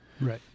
Right